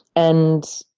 and,